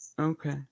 Okay